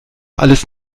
alles